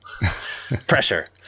Pressure